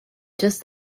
just